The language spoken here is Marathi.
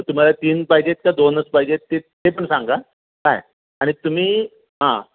मग तुम्हाला तीन पाहिजेत का दोनच पाहिजेत ते ते पण सांगा काय आणि तुम्ही हां